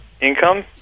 Income